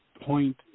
point